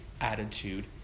attitude